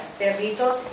perritos